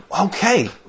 Okay